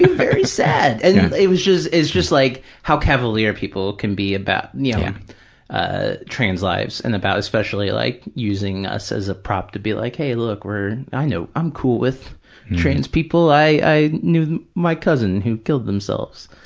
very sad. and it was just, it's just like how cavalier people can be about, you, yeah ah trans lives and about especially like using us as a prop to be like, hey, look, we're, i know, i'm cool with trans people, i i knew my cousin who killed themselves.